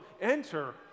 enter